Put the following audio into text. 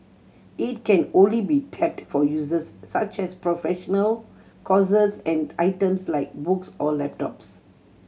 it can only be tapped for uses such as professional courses and items like books or laptops